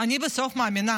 בסוף אני מאמינה